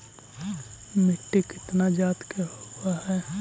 मिट्टी कितना जात के होब हय?